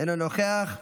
אינו נוכח,